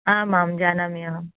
आम् आं जानामि अहम्